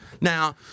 Now